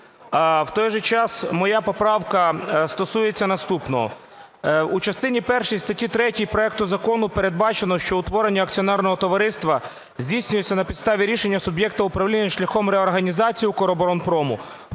В той же час моя поправка стосується наступного. У частині першій статті 3 проекту закону передбачено, що утворення акціонерного товариства здійснюється на підставі рішення суб'єкта управління шляхом реорганізації "Укроборонпрому"